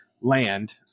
land